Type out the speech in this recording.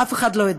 אף אחד לא ידע.